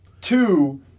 Two